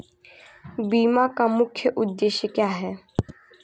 बीमा का मुख्य उद्देश्य क्या है?